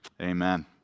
Amen